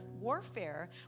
warfare